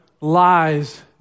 lies